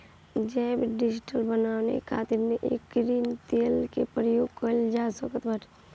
जैव डीजल बानवे खातिर एकरी तेल के प्रयोग कइल जा सकत बाटे